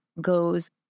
goes